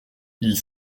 ils